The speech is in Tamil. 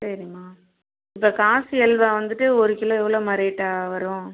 சரிம்மா இப்போ காசி அல்வா வந்துட்டு ஒரு கிலோ எவ்வளோம்மா ரேட் வரும்